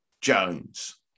Jones